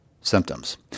symptoms